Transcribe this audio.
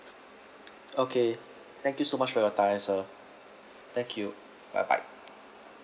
okay thank you so much for your time sir thank you bye bye